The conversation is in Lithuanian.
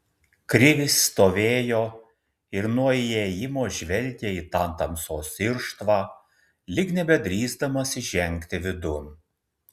krivis stovėjo ir nuo įėjimo žvelgė į tą tamsos irštvą lyg nebedrįsdamas įžengti vidun